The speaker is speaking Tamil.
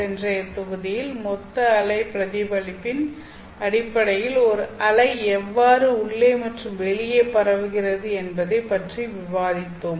சென்றைய தொகுதியில் மொத்த அலை பிரதிபலிப்பின் அடிப்படையில் ஒரு அலை எவ்வாறு உள்ளே மற்றும் வெளியே பரவுகிறது என்பதை பற்றி விவாதித்தோம்